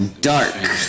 dark